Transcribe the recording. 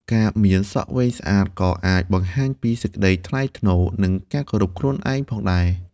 ការមានសក់វែងស្អាតក៏អាចបង្ហាញពី សេចក្តីថ្លៃថ្នូរ និងការគោរពខ្លួនឯង ផងដែរ។